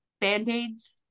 band-aids